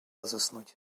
заснуть